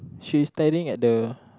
she's standing at the